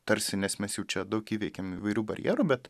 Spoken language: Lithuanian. tarsi nes mes jau čia daug įveikėm įvairių barjerų bet